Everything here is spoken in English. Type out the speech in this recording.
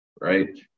Right